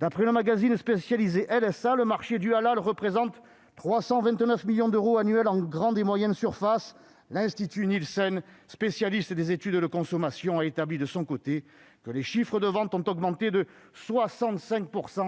D'après le magazine spécialisé, le marché du halal représente 329 millions d'euros annuels en grandes et moyennes surfaces. L'institut Nielsen, spécialiste des études de consommation, a établi que les chiffres de vente ont augmenté de 65 %